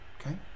Okay